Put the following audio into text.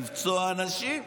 לפצוע אנשים.